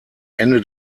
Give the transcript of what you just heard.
ende